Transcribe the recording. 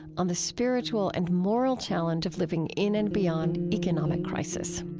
on the spiritual and moral challenge of living in and beyond economic crisis